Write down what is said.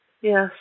yes